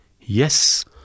yes